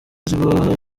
ziba